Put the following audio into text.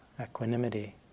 equanimity